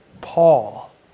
Paul